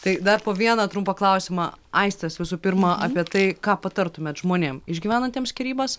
tai dar po vieną trumpą klausimą aistės visų pirma apie tai ką patartumėt žmonėm išgyvenantiem skyrybas